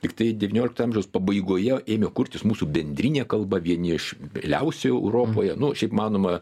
tiktai devynioliktojo amžiaus pabaigoje ėmė kurtis mūsų bendrinė kalba vieni iš realiausiųjų europoje nu šiaip manoma